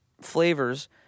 flavors